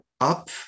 up